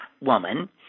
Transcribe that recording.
woman